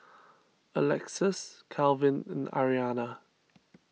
Alexus Calvin and Aryanna